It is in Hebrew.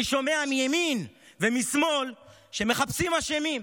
אני שומע מימין ומשמאל שמחפשים אשמים.